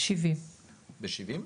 70. ב-70?